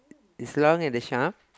is long and the sharp